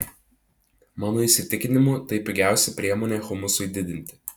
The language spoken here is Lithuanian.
mano įsitikinimu tai pigiausia priemonė humusui didinti